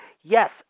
Yes